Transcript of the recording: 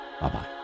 bye-bye